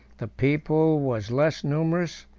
the people was less numerous,